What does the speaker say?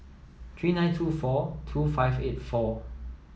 three nine two four two five eight four